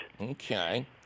Okay